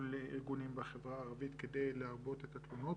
מול ארגונים בחברה הערבית כדי להרבות את התלונות.